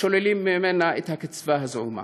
שוללים ממנה את הקצבה הזעומה.